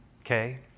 Okay